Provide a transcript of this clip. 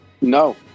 No